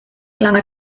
langer